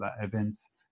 events